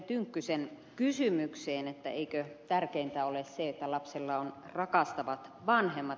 tynkkysen kysymykseen että eikö tärkeintä ole se että lapsella on rakastavat vanhemmat